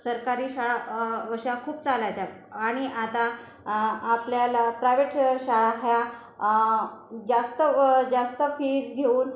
सरकारी शाळा अशा खूप चालायच्या आणि आता आपल्याला प्रायवेट शाळा ह्या जास्त व जास्त फीस घेऊन